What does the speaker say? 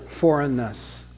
foreignness